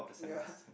yea